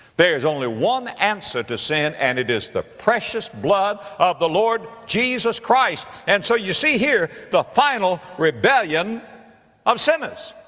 there is only one answer to sin and it is the precious blood of lord jesus christ. and so you see here the final rebellion of sinners.